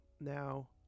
Now